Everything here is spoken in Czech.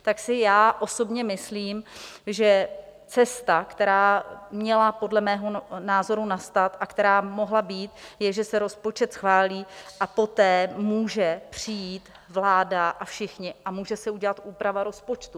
Tak si já osobně myslím, že cesta, která měla podle mého názoru nastat a která mohla být, je, že se rozpočet schválí a poté může přijít vláda a všichni a může se udělat úprava rozpočtu.